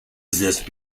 exist